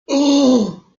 ooo